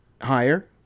higher